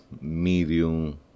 medium